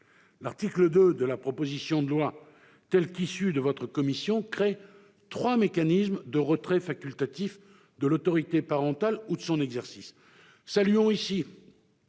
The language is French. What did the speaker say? L'article 2 de la proposition de loi tel qu'il est issu des travaux de votre commission tend à créer trois mécanismes de retrait facultatif de l'autorité parentale ou de son exercice.